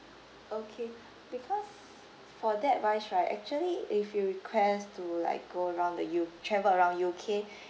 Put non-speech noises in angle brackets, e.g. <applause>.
okay because for that wise right actually if you request to like go around the U travel around U_K <breath>